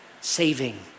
saving